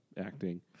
acting